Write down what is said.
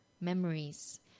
memories